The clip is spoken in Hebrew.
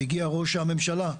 והגיע ראש הממשלה.